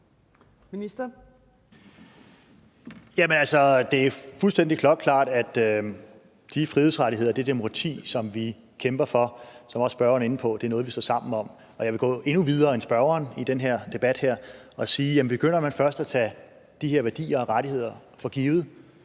det er fuldstændig klokkeklart, at de frihedsrettigheder og det demokrati, som vi kæmper for, som også spørgeren er inde på, er noget, vi står sammen om. Og jeg vil gå endnu videre end spørgeren i den her debat og sige, at begynder man først at tage de her værdier og rettigheder for givet